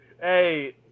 Hey